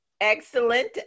Excellent